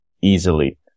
easily